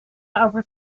over